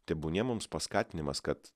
tebūnie mums paskatinimas kad